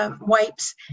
Wipes